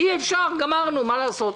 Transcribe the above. אם אי אפשר גמרנו, מה לעשות.